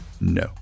No